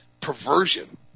perversion